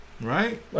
right